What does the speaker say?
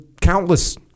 countless